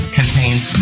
contains